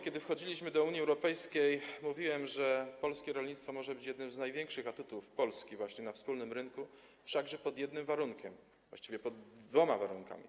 Kiedy wchodziliśmy do Unii Europejskiej, mówiłem, że polskie rolnictwo może być jednym z największych atutów Polski na wspólnym rynku, wszakże pod jednym warunkiem, właściwie pod dwoma warunkami.